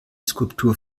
skulptur